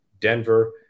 Denver